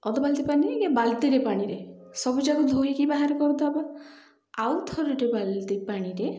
ଅଧ ବାଲ୍ଟି ପାଣି ବାଲ୍ଟିରେ ପାଣିରେ ସବୁଯାକ ଧୋଇକରି ବାହାର କରିଦେବ ଆଉ ଥରୁଟେ ବାଲ୍ଟି ପାଣିରେ